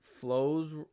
flows